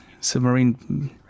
submarine